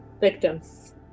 victims